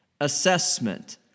assessment